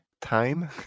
Time